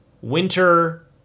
winter